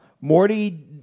Morty